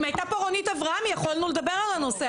אם הייתה פה רונית אברהמי יכולנו לדבר על הנושא.